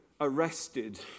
arrested